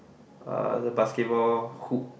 uh the basketball hoop